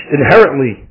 inherently